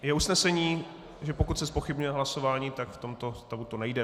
Je usnesení, že pokud se zpochybňuje hlasování, tak v tomto stavu to nejde.